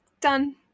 Done